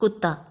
ਕੁੱਤਾ